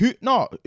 No